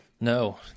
No